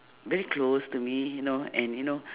very close to me you know and you know